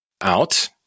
out